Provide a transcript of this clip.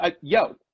yo